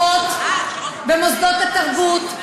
וכוחות במוסדות התרבות,